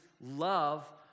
love